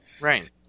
right